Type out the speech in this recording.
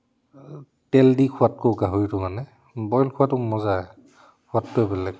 তেল দি খোৱাতকৈ গাহৰিটো মানে বইল খোৱাটো মজা সোৱাদটোৱে বেলেগ